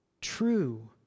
true